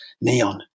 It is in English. neon